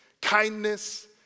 kindness